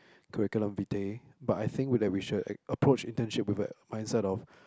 curriculum vitae but I think we like we should ac~ approach internship with a mindset of